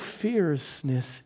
fierceness